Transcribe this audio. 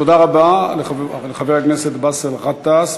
תודה רבה לחבר הכנסת באסל גטאס,